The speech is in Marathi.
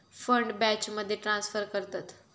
फंड बॅचमध्ये ट्रांसफर करतत